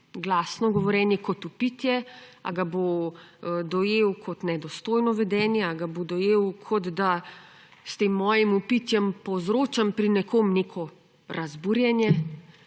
glasno govorjenje kot vpitje, ali ga bo dojel kot nedostojno vedenje, ali ga bo dojel, kot da s tem svojim vpitjem povzročam pri nekom neko razburjenje